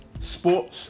Sports